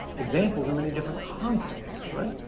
examples, in many different contexts, right?